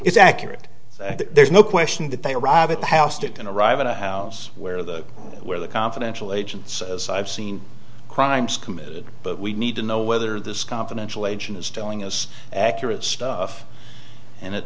is accurate there's no question that they arrive at the house that can arrive in a house where the where the confidential agents as i've seen crimes committed but we need to know whether this confidential agent is telling us accurate stuff and it